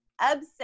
obsessed